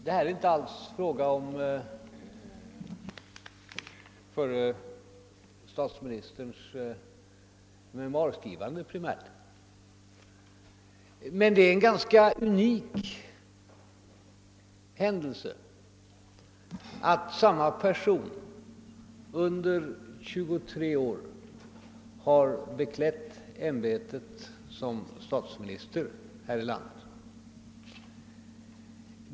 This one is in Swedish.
Här är det inte primärt fråga om förre statsministerns memoarskrivande, men det är en ganska unik händelse att samma person under 23 år har beklätt ämbetet som statsminister här i landet.